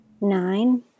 Nine